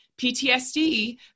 PTSD